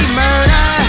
murder